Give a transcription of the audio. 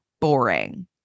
boring